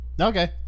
Okay